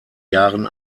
jahren